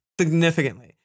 Significantly